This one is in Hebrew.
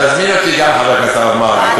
תזמין גם אותי, חבר הכנסת הרב מרגי.